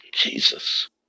Jesus